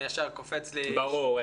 ישר קופץ לי --- ברור.